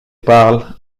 parle